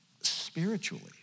spiritually